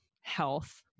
health